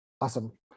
Awesome